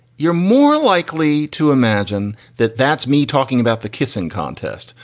you're more likely to imagine that that's me talking about the kissing contest.